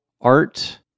art